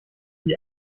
die